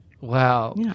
Wow